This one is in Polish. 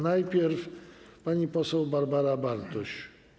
Najpierw pani poseł Barbara Bartuś.